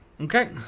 Okay